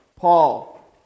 Paul